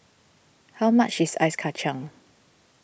how much is Ice Kacang